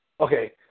Okay